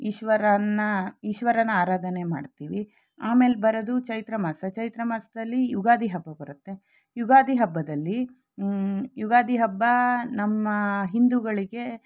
ಈಶ್ವರನ್ನ ಈಶ್ವರನ ಆರಾಧನೆ ಮಾಡ್ತೀವಿ ಆಮೇಲೆ ಬರೋದು ಚೈತ್ರ ಮಾಸ ಚೈತ್ರ ಮಾಸದಲ್ಲಿ ಯುಗಾದಿ ಹಬ್ಬ ಬರುತ್ತೆ ಯುಗಾದಿ ಹಬ್ಬದಲ್ಲಿ ಯುಗಾದಿ ಹಬ್ಭ ನಮ್ಮ ಹಿಂದೂಗಳಿಗೆ